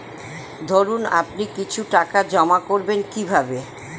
ধরুন আপনি কিছু টাকা জমা করবেন কিভাবে?